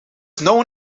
known